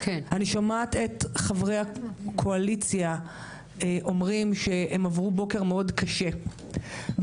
אני שומעת את חברי הקואליציה אומרים שהם עברו בוקר מאוד קשה,